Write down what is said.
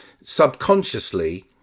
subconsciously